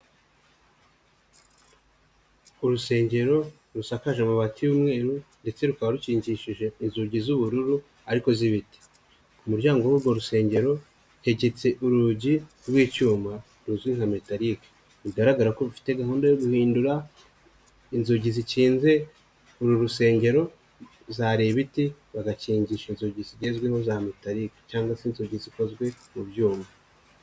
Urusengero rusakaje amabati y'umweru ndetse rukaba rukingishije inzugi z'ubururu ariko z'ibiti. Ku muryango w'urwo rusengero hegetse urugi rw'icyuma ruzwi nka metalike. Bigaragara ko rufite gahunda yo guhindura inzugi zikinze uru rusengero zari ibiti bagakingisha inzugi zigezweho za metalike cyangwa se inzugi zikozwe mu byuma.